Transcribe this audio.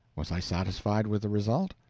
was i satisfied with the result?